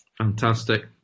Fantastic